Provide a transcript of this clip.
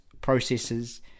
processes